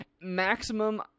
maximum